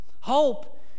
Hope